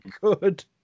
good